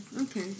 okay